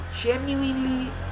genuinely